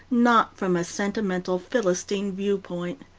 not from a sentimental philistine viewpoint.